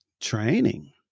Training